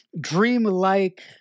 dreamlike